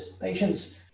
Patients